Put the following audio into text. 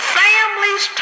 families